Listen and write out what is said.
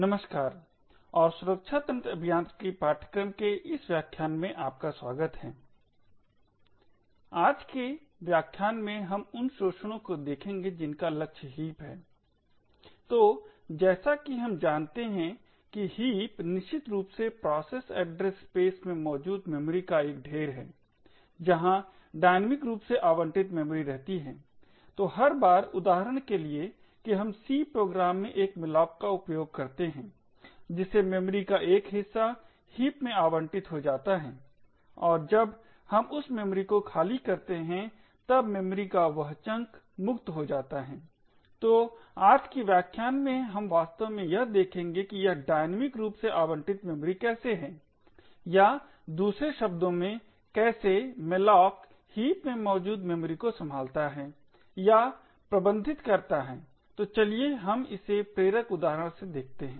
नमस्कार और सुरक्षा तंत्र अभियांत्रिकी पाठ्यक्रम के इस व्याख्यान में आपका स्वागत है आज के व्याख्यान में हम उन शोषण को देखेंगे जिनका लक्ष्य हीप है तो जैसा कि हम जानते हैं कि हीप निश्चित रूप से प्रोसेस एड्रेस स्पेस में मौजूद मेमोरी का एक ढेर है जहाँ डायनामिक रूप से आवंटित मेमोरी रहती है तो हर बार उदाहरण के लिए कि हम C प्रोग्राम में एक malloc का उपयोग करते हैं जिससे मेमोरी का एक हिस्सा हीप में आवंटित हो जाता है और जब हम उस मेमोरी को खाली करते हैं तब मेमोरी का वह चंक मुक्त हो जाता है तो आज के व्याख्यान में हम वास्तव में यह देखेंगे कि यह डायनामिक रूप से आवंटित मेमोरी कैसे है या दूसरे शब्दों में कैसे malloc हीप में मौजूद मेमोरी को संभालता है या प्रबंधित करता है तो चलिए हम इसे प्रेरक उदाहरण से देखते हैं